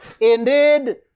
Indeed